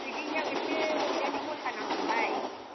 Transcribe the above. पिकनिकाव एसे रंजानायाव मोसानांगोनहाय